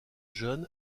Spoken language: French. jeune